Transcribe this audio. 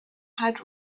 had